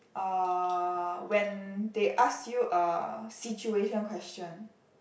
uh when they ask you a situation question